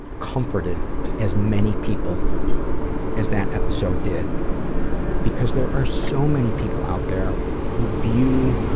comforted as many people as that episode did because there are so many people out there who view